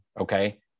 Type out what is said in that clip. okay